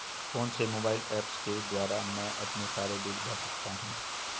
कौनसे mobile apps के द्वारा मैं अपने सारे बिल भर सकता हूं?